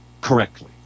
correctly